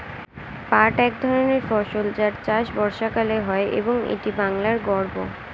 পাট এক ধরনের ফসল যার চাষ বর্ষাকালে হয় এবং এটি বাংলার গর্ব